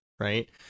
Right